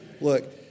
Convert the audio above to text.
Look